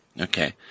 okay